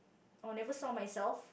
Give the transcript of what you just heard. or never saw myself